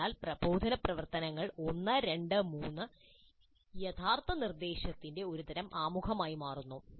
അതിനാൽ പ്രബോധന പ്രവർത്തനങ്ങൾ 1 2 3 യഥാർത്ഥ നിർദ്ദേശത്തിന്റെ ഒരുതരം ആമുഖമായി മാറുന്നു